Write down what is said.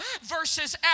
versus